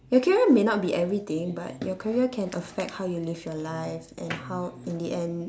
your career may not be everything but your career can affect how you live your life and how in the end